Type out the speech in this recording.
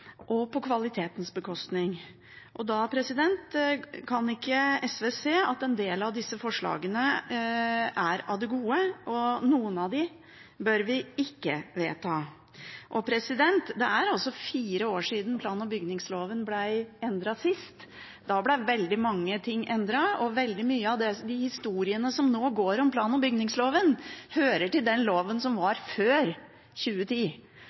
og på kvalitetens bekostning. Da kan ikke SV se at en del av disse forslagene er av det gode, og noen av dem bør vi ikke vedta. Det er fire år siden plan- og bygningsloven ble endret sist. Da ble veldig mye endret, og veldig mange av de historiene som nå går om plan- og bygningsloven, gjelder den loven som eksisterte før 2010.